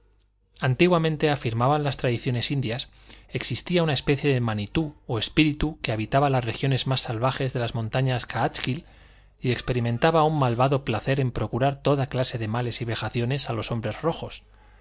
antiguamente afirmaban las tradiciones indias existía una especie de mánitou o espíritu que habitaba las regiones más salvajes de las montañas káatskill y experimentaba un malvado placer en procurar toda clase de males y vejaciones a los hombres rojos